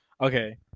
okay